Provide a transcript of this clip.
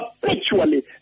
perpetually